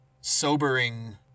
sobering